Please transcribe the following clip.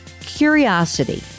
curiosity